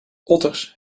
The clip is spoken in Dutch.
otters